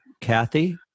Kathy